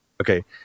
Okay